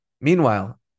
Meanwhile